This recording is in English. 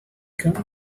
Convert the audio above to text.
come